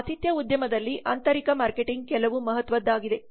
ಆತಿಥ್ಯ ಉದ್ಯಮದಲ್ಲಿ ಆಂತರಿಕ ಮಾರ್ಕೆಟಿಂಗ್ ಕೆಲವು ಮಹತ್ವದ್ದಾಗಿದೆ